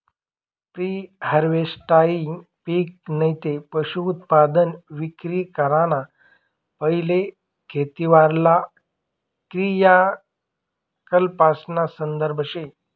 pre हारवेस्टहाई पिक नैते पशुधनउत्पादन विक्री कराना पैले खेतीवरला क्रियाकलापासना संदर्भ शे